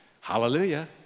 Hallelujah